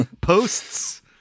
posts